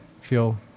feel